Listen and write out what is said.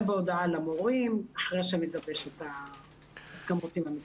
בהודעה למורים אחרי שנגבש את ההסכמות עם המשרד.